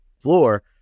floor